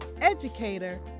educator